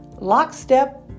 lockstep